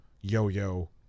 yo-yo